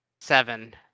Seven